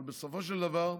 אבל בסופו של דבר,